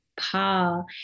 paul